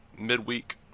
midweek